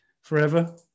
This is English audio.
forever